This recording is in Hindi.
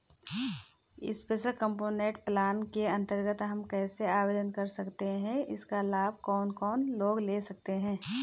स्पेशल कम्पोनेंट प्लान के अन्तर्गत हम कैसे आवेदन कर सकते हैं इसका लाभ कौन कौन लोग ले सकते हैं?